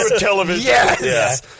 Yes